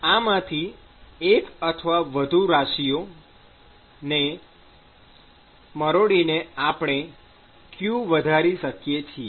આમાંથી એક અથવા વધુ રાશિઓ ને મરોડીને આપણે q વધારી શકીએ છીએ